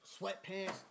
sweatpants